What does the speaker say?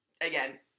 Again